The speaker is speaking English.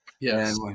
Yes